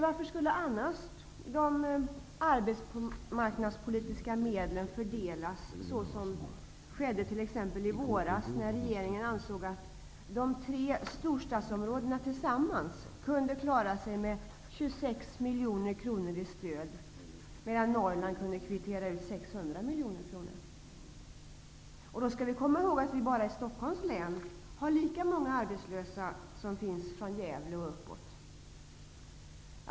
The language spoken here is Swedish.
Varför skulle annars de arbetspolitiska medlen fördelas så som skedde t.ex. i våras när regeringen ansåg att de tre storstadsområdena tillsammans kunde klara sig med 26 miljoner kronor i stöd, medan Norrland kunde kvittera ut 600 miljoner? Och då skall vi komma ihåg att vi bara i Stockholms län har lika många arbetslösa som finns från Gävle och uppåt.